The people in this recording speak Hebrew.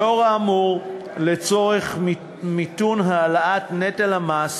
לאור האמור, לצורך מיתון העלאת נטל המס